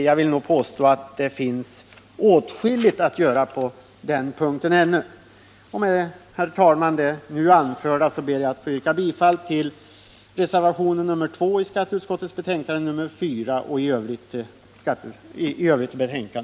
Jag vill nog påstå att det ännu finns åtskilligt att göra på den punkten. Herr talman! Med det anförda ber jag att få yrka bifall till reservationen 2 till skatteutskottets betänkande nr 44 och i övrigt bifall till utskottets hemställan.